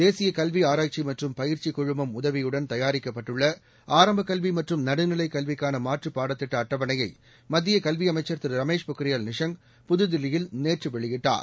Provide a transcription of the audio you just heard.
தேசிய கல்வி ஆராய்ச்சி மற்றும் பயிற்சி குழுமம் உதவியுடன் தயாரிக்கப்பட்டுள்ள ஆரம்பக் கல்வி மற்றும் நடுநிலைக் கல்விக்கான மாற்று பாடத் திட்ட அட்டவணையை மத்திய கல்வியமைச்சர் திரு ரமேஷ் பொக்ரியால் நிஷாங் புதுதில்லியில் நேற்று வெளியிட்டார்